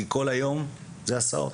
כי כל היום זה הסעות.